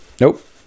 Nope